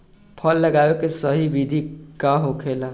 फल लगावे के सही विधि का होखेला?